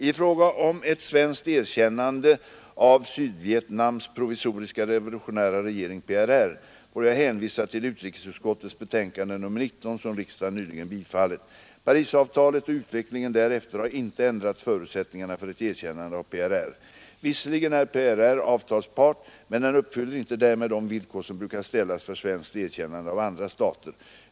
I fråga om ett svenskt erkännande av Sydvietnams provisoriska revolutionära regering får jag hänvisa till utrikesutskottets betänkande nr 12, som riksdagen nyligen bifallit. Parisavtalet och utvecklingen därefter har inte ändrat förutsättningarna för ett erkännande av PRR. Visserligen är PRR avtalspart, men den uppfyller inte därmed de villkor som brukar ställas för svenskt erkännande av andra stater.